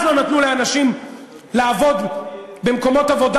אז לא נתנו לאנשים לעבוד במקומות עבודה